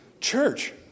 Church